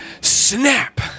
snap